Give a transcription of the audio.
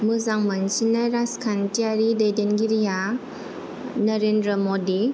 मोजां मोनसिन्नाय राजखान्थियारि दैदेनगिरिया नरेन्द्र मडि